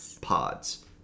pods